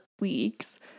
weeks